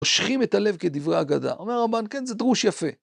מושכים את הלב כדברי אגדה. אומר הרמבן, כן, זה דרוש יפה.